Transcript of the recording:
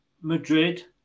Madrid